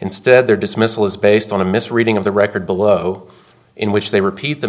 instead their dismissal is based on a misreading of the record below in which they repeat the